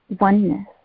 oneness